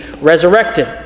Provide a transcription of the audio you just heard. resurrected